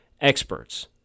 experts